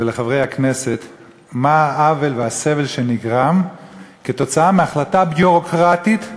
ולחברי הכנסת מה העוול והסבל שנגרמו מהחלטה ביורוקרטית,